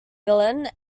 milne